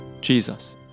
Jesus